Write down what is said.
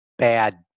bad